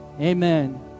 amen